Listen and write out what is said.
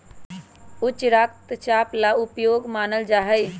ऊ उच्च रक्तचाप ला उपयोगी मानल जाहई